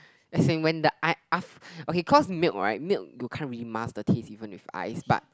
as in when the I ask okay cause milk right milk will can't mask the taste even with ice but